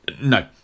No